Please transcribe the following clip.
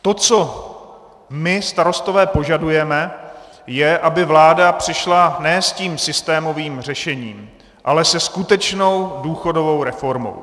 To, co my, Starostové, požadujeme, je, aby vláda přišla ne s tím systémovým řešením, ale se skutečnou důchodovou reformou.